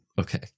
Okay